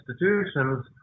institutions